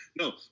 No